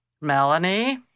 Melanie